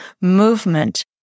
movement